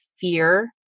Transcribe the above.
fear